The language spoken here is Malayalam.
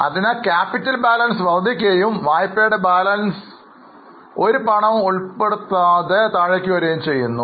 അതിനാൽ നമ്മുടെ ക്യാപിറ്റൽ ബാലൻസ് വർദ്ധിക്കുകയും വായ്പയുടെ ബാലൻസ് ഒരു പണവും ഉൾപ്പെടുത്താതെ കുറയുകയും ചെയ്തു